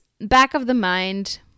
back-of-the-mind